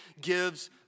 gives